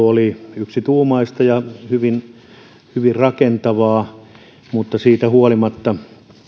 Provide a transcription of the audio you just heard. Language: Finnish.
oli yksituumaista ja hyvin hyvin rakentavaa mutta siitä huolimatta